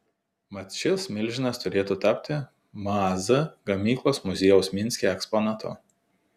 mat šis milžinas turėtų tapti maz gamyklos muziejaus minske eksponatu